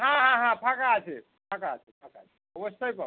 হ্যাঁ হ্যাঁ হ্যাঁ ফাঁকা আছে ফাঁকা আছে ফাঁকা আছে অবশ্যই পাবে